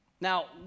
Now